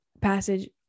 passage